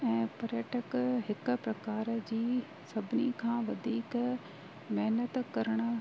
ऐं पर्यटक हिक प्रकार जी सभिनी खां वधीक महिनत करणु